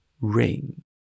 ring